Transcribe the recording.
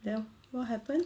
then what happen